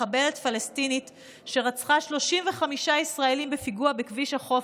מחבלת פלסטינית שרצחה 35 ישראלים בפיגוע בכביש החוף,